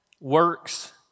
works